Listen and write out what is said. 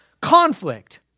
conflict